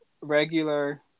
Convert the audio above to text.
regular